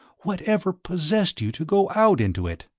whatever possessed you to go out into it?